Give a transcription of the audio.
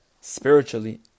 spiritually